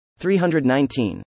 319